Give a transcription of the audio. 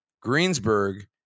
Greensburg